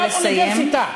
תוקם אוניברסיטה,